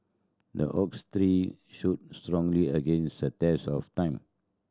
the oak tree stood strong against the test of time